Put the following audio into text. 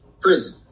prison